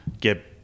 get